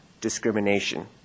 discrimination